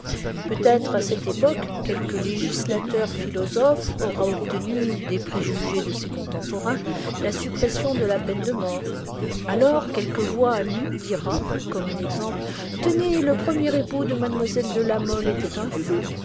peut-être à cette époque quelque législateur philosophe aura obtenu des préjugés de ses contemporains la suppression de la peine de mort alors quelque voix amie dira comme un exemple tenez le premier époux de mlle de la mole était un fou